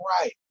right